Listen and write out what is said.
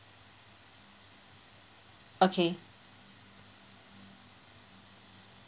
okay